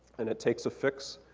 and it takes a fix.